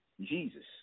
Jesus